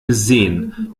gesehen